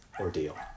ordeal